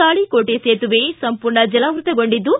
ತಾಳಕೋಟೆ ಸೇತುವೆ ಸಂಪೂರ್ಣ ಜಲಾವೃತಗೊಂಡಿದ್ದು